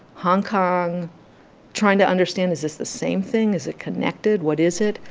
hong kong trying to understand, is this the same thing? is it connected? what is it?